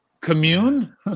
Commune